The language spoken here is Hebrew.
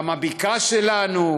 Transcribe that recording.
גם הבקעה שלנו.